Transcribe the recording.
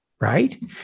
Right